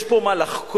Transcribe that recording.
יש פה מה לחקור?